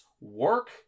work